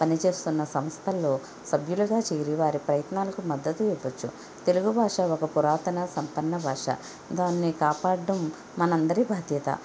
పనిచేస్తున్న సంస్థల్లో సభ్యులుగా చేరి వారి ప్రయత్నాలకు మద్దతు ఇవ్వచ్చు తెలుగు భాష ఒక పురాతన సంపన్న భాష దాన్ని కాపాడడం మనందరి బాధ్యత